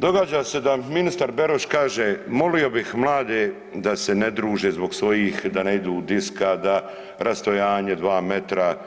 Događa se da ministar Beroš kaže molio bih mlade da se ne druže zbog svojih, da ne idu u diska, da rastojanje 2 metra,